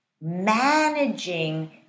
managing